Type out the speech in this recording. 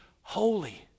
holy